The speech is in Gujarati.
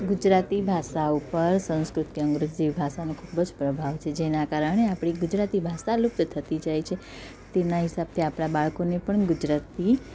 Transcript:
ગુજરાતી ભાષા ઉપર સંસ્કૃત કે અંગ્રેજી ભાષાનો ખૂબ જ પ્રભાવ છે જેના કારણે આપણી ગુજરાતી ભાષા લુપ્ત થતી જાય છે તેના હિસાબથી આપણા બાળકોને પણ ગુજરાતી